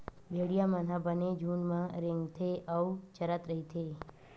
भेड़िया मन ह बने झूंड म रेंगथे अउ चरत रहिथे